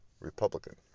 Republican